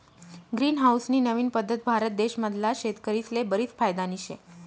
green house नी नवीन पद्धत भारत देश मधला शेतकरीस्ले बरीच फायदानी शे